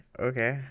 okay